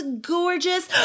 gorgeous